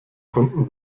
konnten